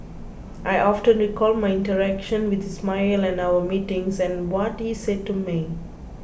I often recall my interaction with Ismail and our meetings and what he said to me